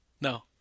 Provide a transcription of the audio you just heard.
No